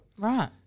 Right